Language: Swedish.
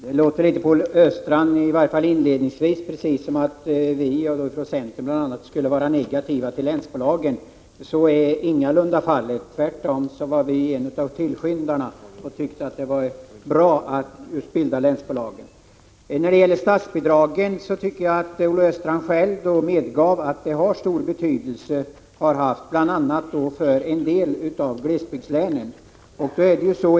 Herr talman! Det lät på Olle Östrand—i varje fall inledningsvis — som om vi i centern skulle vara negativa till länsbolagen. Så är ingalunda fallet. Tvärtom tillhörde vi tillskyndarna och tyckte att det var bra att länsbolagen bildades. Olle Östrand medgav att statsbidragen haft och har stor betydelse för en del av glesbygdslänen.